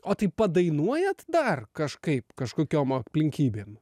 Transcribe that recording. o tai padainuojat dar kažkaip kažkokiom aplinkybėm